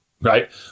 right